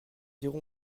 irons